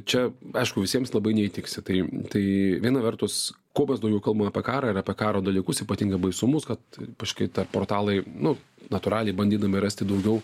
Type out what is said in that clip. čia aišku visiems labai neįtiksi tai tai viena vertus kuo mes daugiau kalbam apie karą ir apie karo dalykus ypatingai baisumus kad kažkaip tą portalai nu natūraliai bandydami rasti daugiau